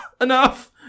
enough